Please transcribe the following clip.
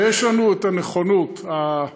ויש לנו את הנכונות הפנימית,